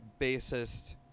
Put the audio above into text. bassist